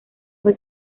fue